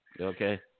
Okay